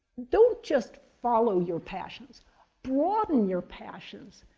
don't just follow your passions broaden your passions,